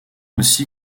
aussi